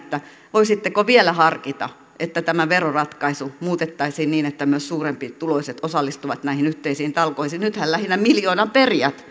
voisitteko vielä harkita että tämä veroratkaisu muutettaisiin niin että myös suurempituloiset osallistuvat näihin yhteisiin talkoisiin nythän lähinnä miljoonaperijät